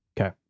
Okay